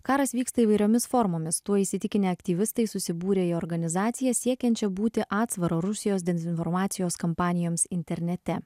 karas vyksta įvairiomis formomis tuo įsitikinę aktyvistai susibūrė į organizaciją siekiančią būti atsvara rusijos dezinformacijos kampanijoms internete